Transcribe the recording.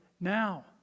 now